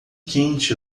quente